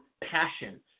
passion